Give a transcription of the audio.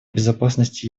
безопасности